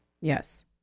Yes